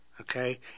okay